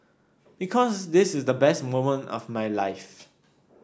because this is the best moment of my life